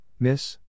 Miss